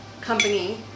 company